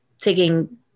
taking